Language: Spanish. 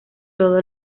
todo